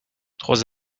trois